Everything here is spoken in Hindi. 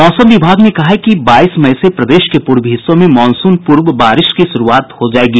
मौसम विभाग ने कहा है कि बाईस मई से प्रदेश के पूर्वी हिस्सों में मॉनसून पूर्व बारिश की शुरूआत हो जायेगी